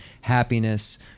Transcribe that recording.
Happiness